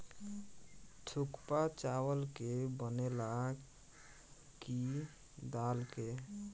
थुक्पा चावल के बनेला की दाल के?